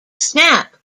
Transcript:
snap